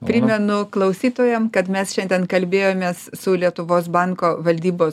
primenu klausytojam kad mes šiandien kalbėjomės su lietuvos banko valdybos